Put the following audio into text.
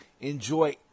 enjoy